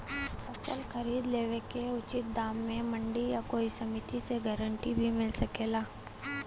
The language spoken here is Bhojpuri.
फसल खरीद लेवे क उचित दाम में मंडी या कोई समिति से गारंटी भी मिल सकेला?